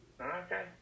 Okay